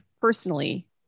personally